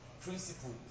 Principles